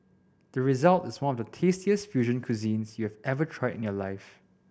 the result is one of the tastiest fusion cuisines you have ever tried in your life